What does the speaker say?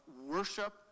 worship